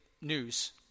news